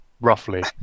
roughly